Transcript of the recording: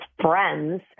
friends